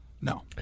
No